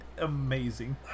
Amazing